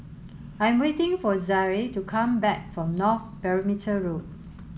I am waiting for Zaire to come back from North Perimeter Road